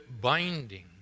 binding